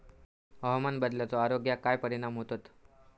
हवामान बदलाचो आरोग्याक काय परिणाम होतत?